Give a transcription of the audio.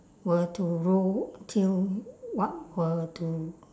were to roll till what were to